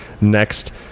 next